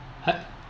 had